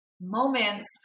moments